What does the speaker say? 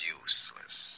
useless